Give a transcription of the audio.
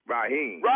Raheem